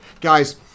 Guys